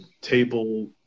table